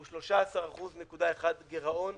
הוא 13.1% גירעון,